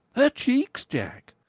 her cheeks, jack!